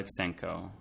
Alexenko